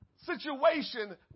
situation